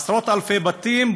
עשרות-אלפי בתים,